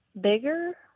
bigger